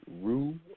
Rue